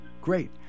Great